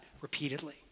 repeatedly